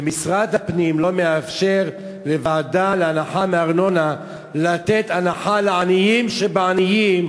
ומשרד הפנים לא מאפשר לוועדה להנחה בארנונה לתת הנחה לעניים שבעניים.